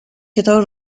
کتاب